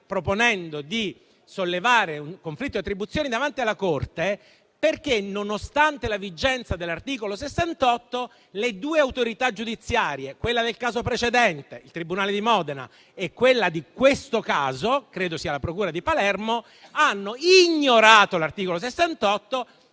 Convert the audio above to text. proponendo di sollevare un conflitto d'attribuzione davanti alla Corte perché, nonostante la vigenza dell'articolo 68, le due autorità giudiziarie, nel caso precedente il tribunale di Modena e in questo caso la procura di Catania, hanno ignorato l'articolo 68 e